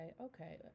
Okay